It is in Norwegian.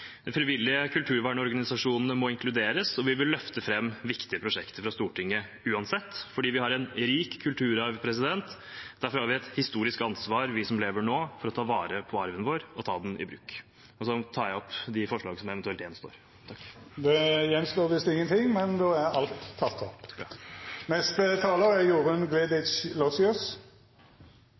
De frivillige kulturvernorganisasjonene må inkluderes, og vi vil løfte fram viktige prosjekter i Stortinget uansett. Vi har en rik kulturarv, og derfor har vi som lever nå, et historisk ansvar for å ta vare på arven vår og ta den i bruk. Kirkebygg er kulturarv og historie og rommer en stor del av vår felles identitet som nasjon. Derfor er det